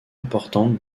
importante